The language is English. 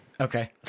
Okay